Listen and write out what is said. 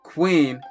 Queen